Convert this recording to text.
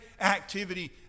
activity